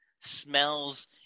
smells